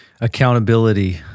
Accountability